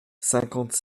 cinquante